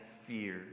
fear